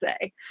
say